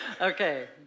Okay